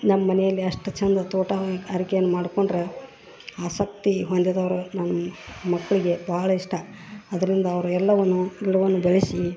ನಮ್ಮ ಮನೆಯಲ್ಲಿ ಅಷ್ಟು ಚಂದ ತೋಟ ಆರೈಕೆಯನ್ ಮಾಡ್ಕೊಂಡ್ರ ಆಸಕ್ತಿ ಹೊಂದಿದವ್ರ ನನ್ನ ಮಕ್ಕಳಿಗೆ ಬಹಳ ಇಷ್ಟ ಅದರಿಂದ ಅವ್ರ ಎಲ್ಲವನ್ನು ಗಿಡವನ್ನು ಬೆಳೆಸಿ